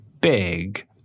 big